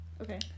Okay